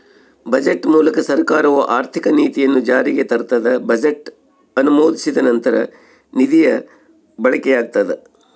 budget ಮೂಲಕ ಸರ್ಕಾರವು ಆರ್ಥಿಕ ನೀತಿಯನ್ನು ಜಾರಿಗೆ ತರ್ತದ ಬಜೆಟ್ ಅನುಮೋದಿಸಿದ ನಂತರ ನಿಧಿಯ ಬಳಕೆಯಾಗ್ತದ